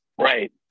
Right